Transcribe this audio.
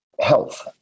health